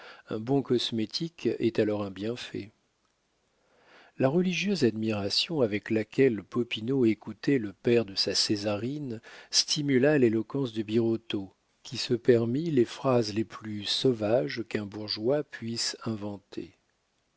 un bon cosmétique est alors un bienfait la religieuse admiration avec laquelle popinot écoutait le père de sa césarine stimula l'éloquence de birotteau qui se permit les phrases les plus sauvages qu'un bourgeois puisse inventer